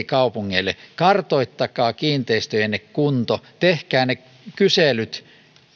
kaupungeille kartoittakaa kiinteistöjenne kunto tehkää ne kyselyt